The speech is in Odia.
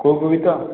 କେଉଁ କେଉଁ ଗୀତ